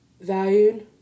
valued